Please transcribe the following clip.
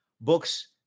books